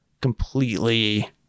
completely